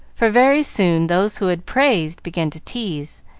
for very soon those who had praised began to tease,